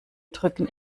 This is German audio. drücken